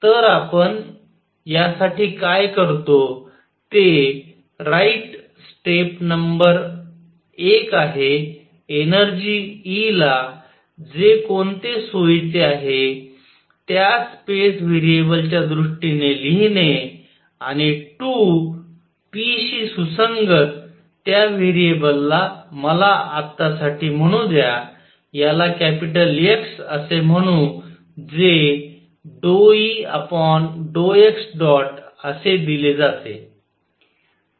तर आपण यासाठी काय करतो ते राईट स्टेप नंबर एक आहे एनर्जी E ला जे कोणते सोयीचे आहेत त्या स्पेस व्हेरिएबल्सच्या दृष्टीने लिहिणे आणि 2 p शी सुसंगत त्या व्हेरिएबलला मला आत्तासाठी म्हणू द्या याला कॅपिटल X असे म्हणू जे Eẋ असे दिले जाते